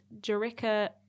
Jerica